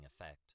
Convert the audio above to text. effect